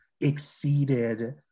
exceeded